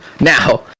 Now